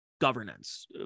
governance